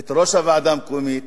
את ראש הוועדה המקומית,